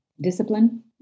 discipline